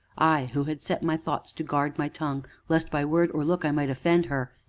i who had set my thoughts to guard my tongue, lest by word or look i might offend her!